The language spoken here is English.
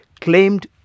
claimed